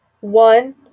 one